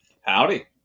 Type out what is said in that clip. Howdy